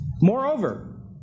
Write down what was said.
Moreover